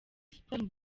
sports